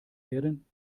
werden